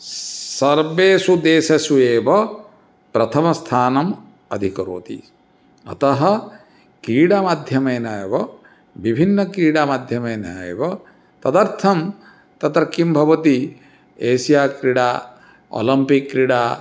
सर्वेषु देशेषु एव प्रथमस्थानम् अधिकरोति अतः क्रीडामाध्यमेन एव विभिन्न क्रीडामाध्यमेन एव तदर्थं तत्र किं भवति एस्या क्रीडा ओलम्पिक् क्रिडा